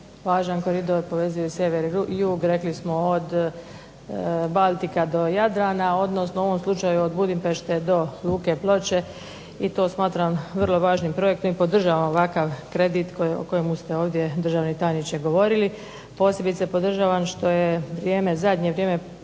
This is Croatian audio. važan koridor, povezuje sjever i jug, rekli smo od Baltika do Jadrana odnosno u ovom slučaju od Budimpešte do Luke Ploče i to smatram vrlo važnim projektom i podržavam ovakav kredit o kojemu ste ovdje državni tajniče govorili. Posebice podržavam što je vrijeme zadnje vrijeme